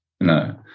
No